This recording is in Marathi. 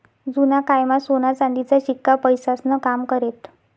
जुना कायमा सोना चांदीचा शिक्का पैसास्नं काम करेत